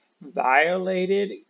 violated